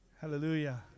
Hallelujah